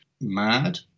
mad